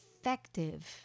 effective